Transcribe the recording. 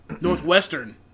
Northwestern